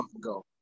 go